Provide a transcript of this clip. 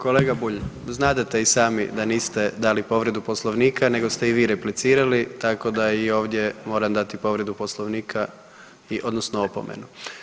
Kolega Bulj, znadete i sami da niste dali povredu Poslovnika nego ste i vi replicirali tako da i ovdje moram dati povredu Poslovnika odnosno opomenu.